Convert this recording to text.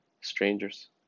strangers